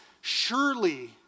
surely